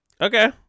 okay